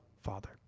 Father